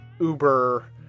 Uber